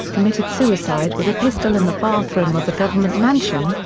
committed suicide with a pistol in the bathroom of the government mansion,